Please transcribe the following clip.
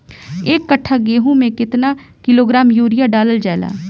एक कट्टा गोहूँ में केतना किलोग्राम यूरिया डालल जाला?